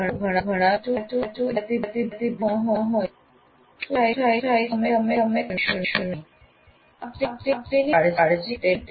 જો ઘણા વિદ્યાર્થીઓ એક બીજાથી ભિન્ન હોય તો શું થાય છે તે અમે કહીશું નહીં આપ તેની કાળજી કેવી રીતે લેશો